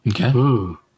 Okay